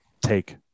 take